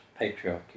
patriarchy